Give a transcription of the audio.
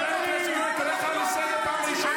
חבר הכנסת רביבו, אני קורא אותך לסדר פעם ראשונה.